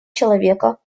человека